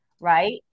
right